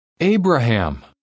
Abraham